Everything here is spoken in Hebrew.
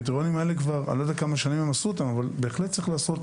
אני לא רואה פה